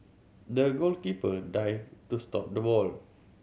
the goalkeeper dived to stop the ball